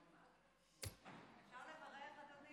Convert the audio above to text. אפשר לברך, אדוני?